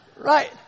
right